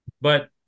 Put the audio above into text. But-